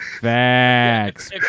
Facts